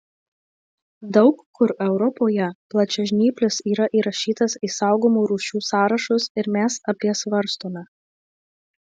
daug kur europoje plačiažnyplis yra įrašytas į saugomų rūšių sąrašus ir mes apie svarstome